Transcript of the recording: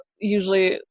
usually